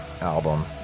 album